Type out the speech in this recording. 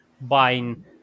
buying